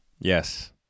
Yes